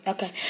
Okay